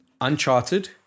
Uncharted